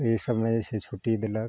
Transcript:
तऽ ई सबमे जे छै छुट्टी देलक